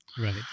Right